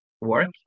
work